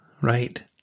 right